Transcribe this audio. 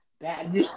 bad